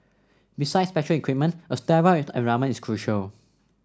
besides special equipment a sterile environment is crucial